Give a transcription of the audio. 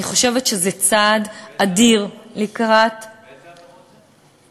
אני חושבת שזה צעד אדיר לקראת, באיזה עבירות זה?